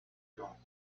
jones